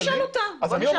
נשאל אותה.